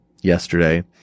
yesterday